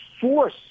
force